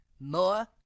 more